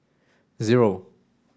zero